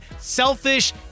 selfish